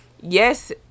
yes